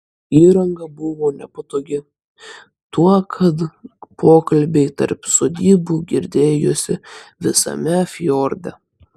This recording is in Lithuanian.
ši įranga buvo nepatogi tuo kad pokalbiai tarp sodybų girdėjosi visame fjorde